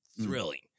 Thrilling